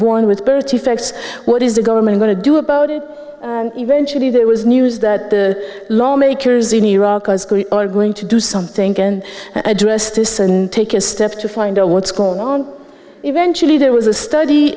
born with birth defects what is the government going to do about it eventually there was news that the lawmakers in iraq are going to do something can address this and take a step to find out what's going on eventually there was a study